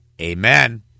Amen